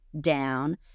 down